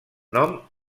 nom